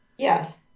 Yes